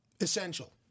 essential